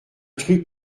truc